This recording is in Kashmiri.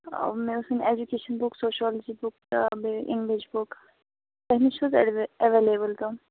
آ مےٚ ٲس نِنۍ ایٚجوکیشَن بُک سوشالجی بُک تہٕ بیٚیہِ اِنٛگلِش بُک تۄہہِ نِش چھِ حظ اویے اویلبٕل کانٛہہ